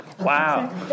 Wow